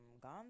gone